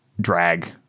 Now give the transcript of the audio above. drag